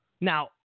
Now